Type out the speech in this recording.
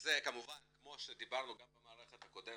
זה כמובן כמו שדיברנו, גם במערכת הקודמת,